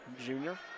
junior